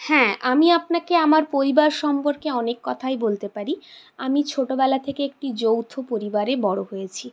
হ্যাঁ আমি আপনাকে আমার পরিবার সম্পর্কে অনেক কথাই বলতে পারি আমি ছোটোবেলা থেকে একটি যৌথ পরিবারে বড়ো হয়েছি